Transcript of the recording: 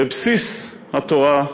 בבסיס התורה,